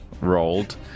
rolled